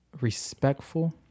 respectful